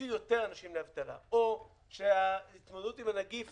שיוציאו יותר אנשים לאבטלה או שההתמודדות עם הנגיף